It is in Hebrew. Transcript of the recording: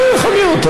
אה, יכול להיות.